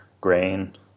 grain